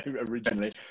originally